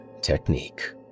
Technique